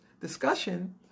discussion